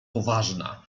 poważna